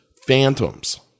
Phantoms